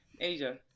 Asia